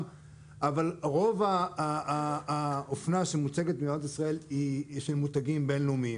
אבל רוב האופנה שמוצגת במדינת ישראל היא של מותגים בינלאומיים